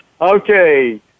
Okay